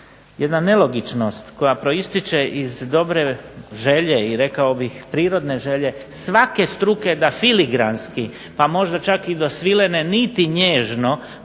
jedna nelogičnost koja proističe iz dobre želje i rekao bih prirodne želje svake struke da filigranski pa možda čak i do svilene niti nježno